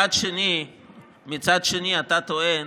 מצד שני אתה טוען